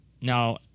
Now